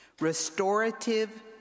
Restorative